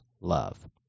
love